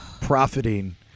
profiting